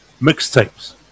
mixtapes